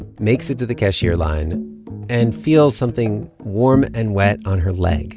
makes it to the cashier line and feels something warm and wet on her leg